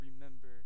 remember